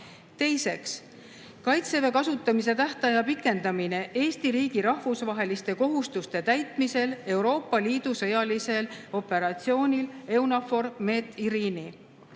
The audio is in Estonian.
Teiseks, "Kaitseväe kasutamise tähtaja pikendamine Eesti riigi rahvusvaheliste kohustuste täitmisel Euroopa Liidu sõjalisel operatsioonil EUNAVFOR Med/Irini".